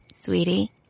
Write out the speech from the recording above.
Sweetie